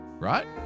right